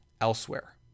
elsewhere